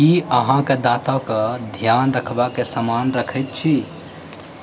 की अहाँ दाँतके ध्यान रखबाके समान रखैत छी